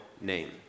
name